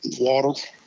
water